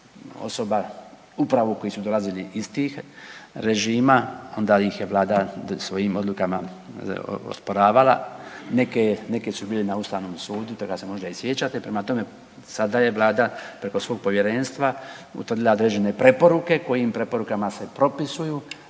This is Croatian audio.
upravo koji dolazili iz tih režima, onda ih je Vlada svojim odlukama osporavala. Neke, neke su bile na Ustavnom sudu, toga se možda i sjećate, prema tome, sada je Vlada preko svog Povjerenstva utvrdila određene preporuke kojim preporukama se propisuju